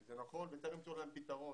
זה נכון וצריך למצוא להם פתרון.